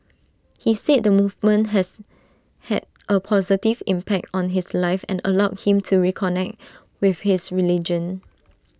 he said the movement has had A positive impact on his life and allowed him to reconnect with his religion